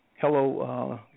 Hello